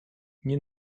nie